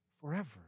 forever